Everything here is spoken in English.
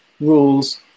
rules